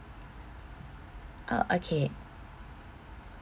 oh okay